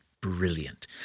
brilliant